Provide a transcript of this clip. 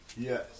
Yes